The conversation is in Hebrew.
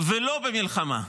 ולא במלחמה.